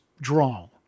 draw